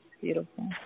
beautiful